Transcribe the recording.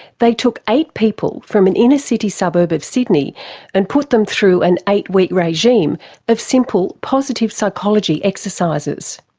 they took eight people from an inner city suburb of sydney and put them through an eight-week regime of simple positive psychology exercises.